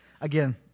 again